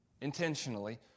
intentionally